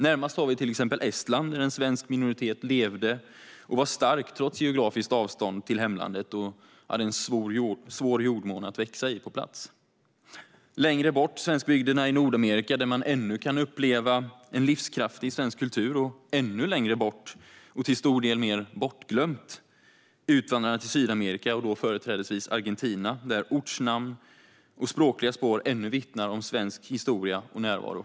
Närmast har vi till exempel Estland, där en svensk minoritet levde och var stark trots geografiskt avstånd till hemlandet och en svår jordmån att växa i på plats. Längre bort har vi svenskbygderna i Nordamerika där man ännu kan uppleva en livskraftig svensk kultur. Ännu längre bort, och till stor del mer bortglömda, har vi utvandrarna till Sydamerika och då företrädesvis Argentina där ortnamn och språkliga spår ännu vittnar om svensk historia och närvaro.